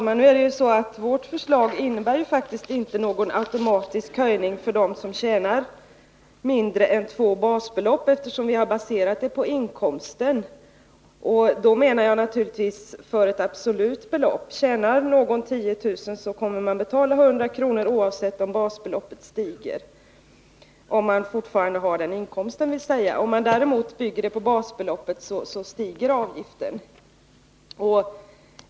Herr talman! Vårt förslag innebär faktiskt inte någon automatisk höjning för dem som tjänar mindre än två basbelopp, eftersom vi baserat avgiften på inkomsten. Då menar jag naturligtvis ett absolut belopp. Tjänar man 10 000 kr. kommer man att betala 100 kr. oavsett om basbeloppet stiger, dvs. om man fortfarande har den inkomsten. Om man däremot bygger på basbeloppet, stiger avgiften.